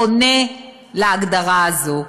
עונה על ההגדרה הזאת.